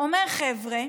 ואומר: חבר'ה,